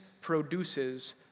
produces